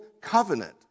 Covenant